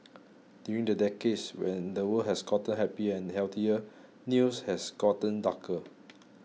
during the decades when the world has gotten happier and healthier news has gotten darker